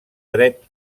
dret